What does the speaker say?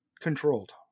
controlled